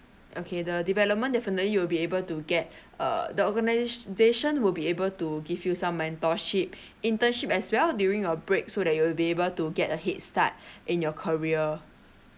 okay the development definitely you will be able to get err the organisations will be able to give you some mentorship internship as well during your break so that you will be able to get a head start in your career